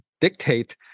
dictate